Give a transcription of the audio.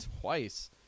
twice